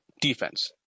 defense